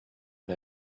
and